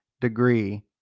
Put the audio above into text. degree